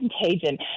contagion